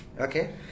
Okay